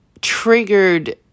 triggered